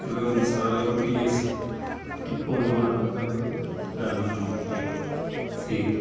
ಎಲ್ಲ ಒಂದು ಶಾಲೆ ಒಟ್ಟಿಗೆ ಟಿಪ್ಪು ಒಂದು ಮಾಡುವ ಅಂತ ಒಂದು ವಿಧಾನ ನಮ್ಮ ಮಕ್ಕಳಿಗೆ ಸೇರಿ